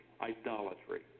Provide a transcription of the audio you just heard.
idolatry